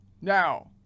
Now